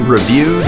Review